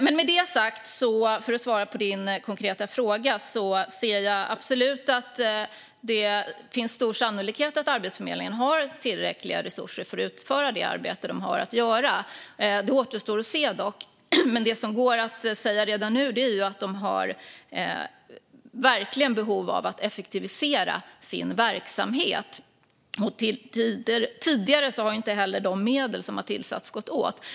För att svara på Serkan Köses konkreta fråga: Jag ser absolut att det finns stor sannolikhet att Arbetsförmedlingen har tillräckliga resurser för att utföra det arbete som de har att göra. Det återstår dock att se. Det som går att säga redan nu är att de verkligen har behov av att effektivisera sin verksamhet. Tidigare har inte heller de medel som tillförts gått åt.